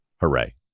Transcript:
Hooray